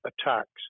attacks